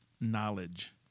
knowledge